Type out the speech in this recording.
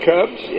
Cubs